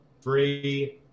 three